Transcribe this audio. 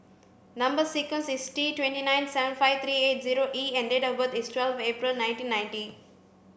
number sequence is T twenty nine seven five three eight zero E and date of birth is twelfth April nineteen ninety